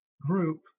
group